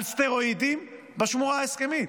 על סטרואידים, בשמורה ההסכמית.